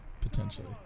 Potentially